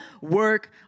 work